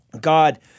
God